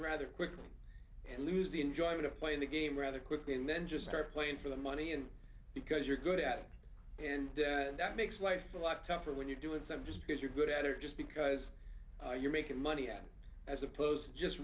rather quickly and lose the enjoyment of playing the game rather quickly and then just start playing for the money and because you're good at it and that makes life a lot tougher when you do it some just because you're good at it or just because you're making money at it as opposed to just